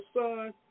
son